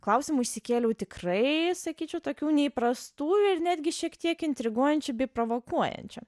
klausimų išsikėliau tikrai sakyčiau tokių neįprastų ir netgi šiek tiek intriguojančių bei provokuojančių